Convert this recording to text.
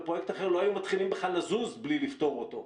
בפרויקט אחר לא היו מתחילים בכלל לזוז בלי לפתור אותן,